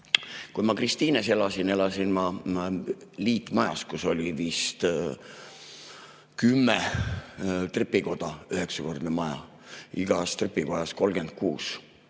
ma Kristiines elasin, siis ma elasin liitmajas, kus oli vist kümme trepikoda, üheksakordne maja, igas trepikojas 36